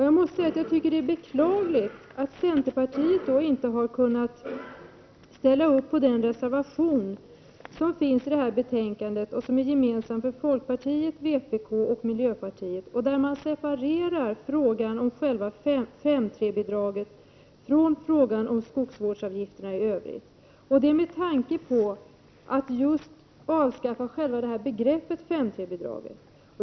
Jag tycker att det är beklagligt att centerpartiet inte har kunnat ställa sig bakom den reservation som är gemensam för folkpartiet, vpk och miljöpartiet och där man separerar frågan om 5:3-bidraget från frågan om skogsvårdsavgifterna i övrigt med tanke på att just avskaffa själva begreppet 5:3-bidraget.